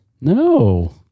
no